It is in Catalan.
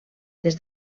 des